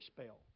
spell